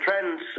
trends